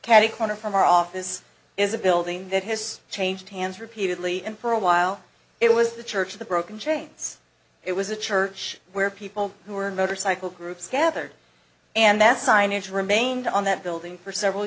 catty corner from our office is a building that has changed hands repeatedly and for a while it was the church of the broken chains it was a church where people who were in motorcycle groups gathered and that's signage remained on that building for several